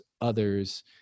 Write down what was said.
others